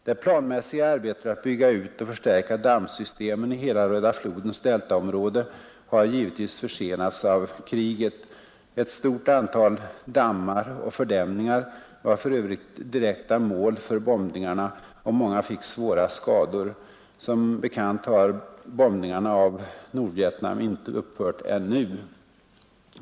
Det planmässiga arbetet att bygga ut och förstärka dammsystemen i hela Röda flodens deltaområde har givetvis försenats av kriget. Ett stort antal dammar och fördämningar var för övrigt direkta mål för bombningarna, och många fick svåra skador. Som bekant har bombningarna av Nordvietnam inte upphört ännu.